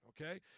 okay